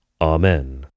Amen